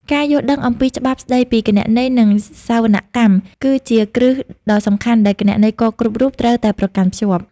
ការយល់ដឹងអំពីច្បាប់ស្តីពីគណនេយ្យ និងសវនកម្ម គឺជាគ្រឹះដ៏សំខាន់ដែលគណនេយ្យករគ្រប់រូបត្រូវតែប្រកាន់ខ្ជាប់។